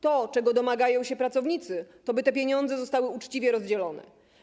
To, czego domagają się pracownicy, to, by te pieniądze zostały uczciwie rozdzielone.